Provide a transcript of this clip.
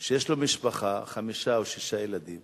שיש לו משפחה עם חמישה או שישה ילדים